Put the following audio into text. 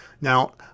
Now